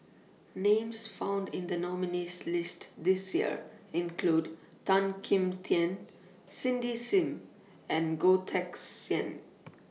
Names found in The nominees' list This Year include Tan Kim Tian Cindy SIM and Goh Teck Sian